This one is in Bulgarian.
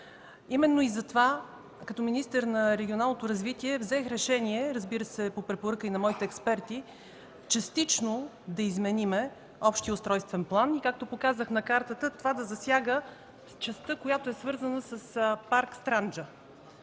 Именно и затова като министър на регионалното развитие взех решение, разбира се, и по препоръка на моите експерти, частично да изменим общия устройствен план и, както показах на картата, това да засяга частта, свързана с парк „Странджа”.